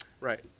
Right